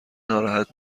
ناراحت